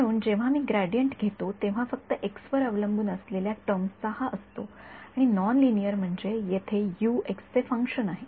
म्हणून जेव्हा मी ग्रेडियंट घेतो तेव्हा फक्त एक्स अवलंबून असलेल्या टर्म्सचा हा असतो आणि नॉन लिनिअर म्हणजे येथे एक्स चे फंक्शन आहे